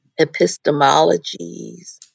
epistemologies